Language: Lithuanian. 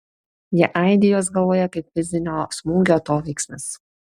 jie aidi jos galvoje kaip fizinio smūgio atoveiksmis